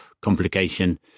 complication